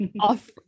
off